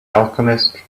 alchemist